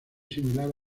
similar